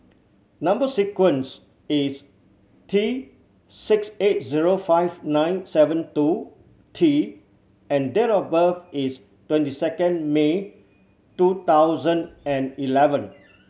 number sequence is T six eight zero five nine seven two T and date of birth is twenty second May two thousand and eleven